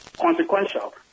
consequential